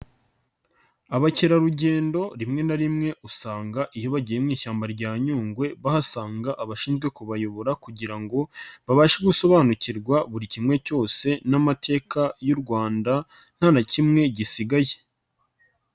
Abakerarugendo rimwe na rimwe usanga iyo bagiyewe mu ishyamba rya Nyungwe bahasanga abashinzwe kubayobora kugira ngo babashe gusobanukirwa buri kimwe cyose n'amateka y'u Rwanda nta na kimwe gisigaye.